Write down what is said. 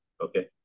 Okay